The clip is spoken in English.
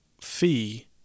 fee